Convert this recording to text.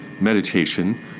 meditation